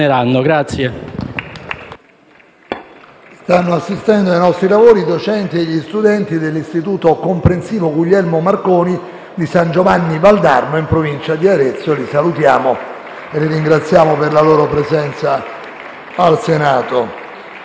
Stanno assistendo ai nostri lavori i docenti e gli studenti dell'Istituto comprensivo statale «Guglielmo Marconi» di San Giovanni Valdarno, in provincia di Arezzo. Li salutiamo e li ringraziamo per la loro presenza al Senato.